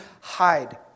hide